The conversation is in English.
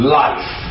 life